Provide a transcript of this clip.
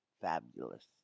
fabulous